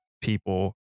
people